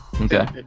Okay